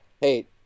hey